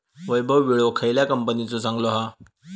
वैभव विळो खयल्या कंपनीचो चांगलो हा?